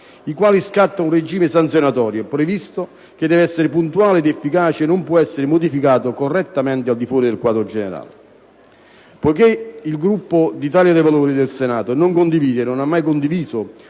i quali scatta un regime sanzionatorio preciso, che deve essere puntuale ed efficace e non può essere modificato correttamente al di fuori del quadro generale. Poiché il Gruppo Italia dei Valori del Senato non condivide e non ha mai condiviso